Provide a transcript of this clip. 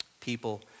People